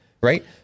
right